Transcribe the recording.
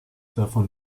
davon